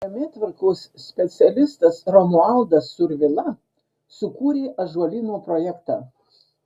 žemėtvarkos specialistas romualdas survila sukūrė ąžuolyno projektą